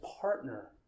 partner